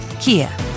Kia